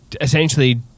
essentially